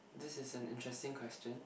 this is an interesting question